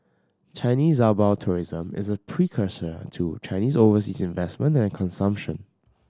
Chinese outbound tourism is a precursor to Chinese overseas investment and consumption